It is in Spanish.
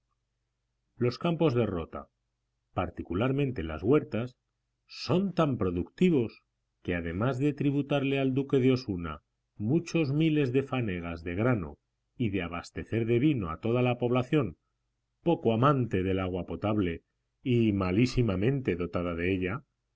los campos de rota particularmente las huertas son tan productivos que además de tributarle al duque de osuna muchos miles de fanegas de grano y de abastecer de vino a toda la población poco amante del agua potable y malísimamente dotada de ella